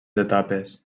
etapes